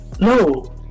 No